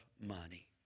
money